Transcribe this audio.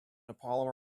polymer